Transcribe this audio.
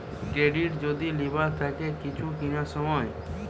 credit যদি লিবার থাকে কিছু কিনার সময়